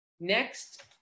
next